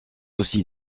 aussi